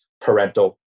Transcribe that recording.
parental